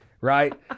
right